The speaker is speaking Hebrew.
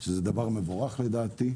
ולדעתי,